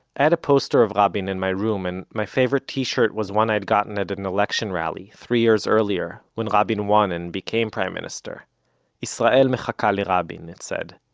a poster of rabin in my room, and my favorite t-shirt was one i'd gotten at an election rally, three years earlier, when rabin won and became prime-minister. yisrael mechaka le'rabin, it said.